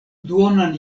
duonan